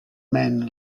man